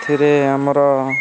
ଏଥିରେ ଆମର